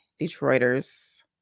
Detroiters